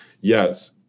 yes